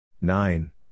nine